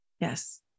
Yes